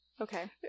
Okay